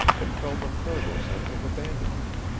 but felt a further sense of abandonment.